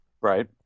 Right